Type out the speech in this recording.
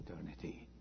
eternity